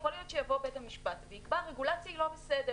יכול להיות שיבוא בית המשפט ויקבע שהרגולציה היא לא בסדר,